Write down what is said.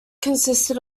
consisted